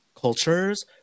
cultures